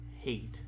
hate